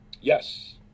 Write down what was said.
Yes